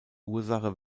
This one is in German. ursache